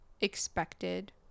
expected